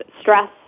stress